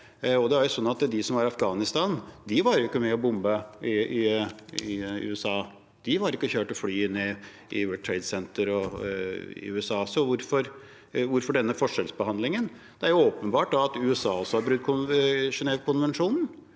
De som var i Afghanistan, var ikke med på å bombe i USA, de kjørte ikke flyene inn i World Trade Center i USA, så hvorfor denne forskjellsbehandlingen? Det er åpenbart at USA også har brutt Genèvekonvensjonene.